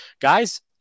guys